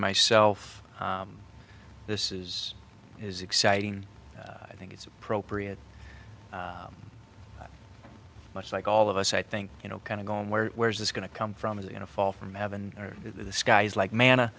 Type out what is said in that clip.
myself this is as exciting i think it's appropriate much like all of us i think you know kind of going where where's this going to come from as you know fall from heaven or the skies like mann